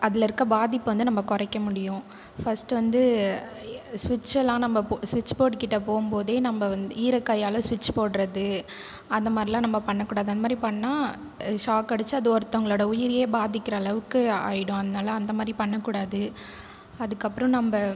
அதில் இருக்க பாதிப்பை வந்து நம்ப குறைக்க முடியும் ஃபர்ஸ்ட் வந்து சுவிட்ச்லாம் நம்ப சுவிட்ச் போர்ட் கிட்ட போகும்போதே நம்ப வந்து ஈரக்கையால் சுவிட்ச் போடுவது அந்த மாதிரிலா நம்ப பண்ண கூடாது அந்த மாதிரி பண்ணிணா ஷாக் அடிச்சு அது ஒருத்தவர்களோட உயிரையே பாதிக்கிற அளவுக்கு ஆயிடும் அதனாலே அந்த மாதிரி பண்ண கூடாது அதுக்கப்புறம் நம்ப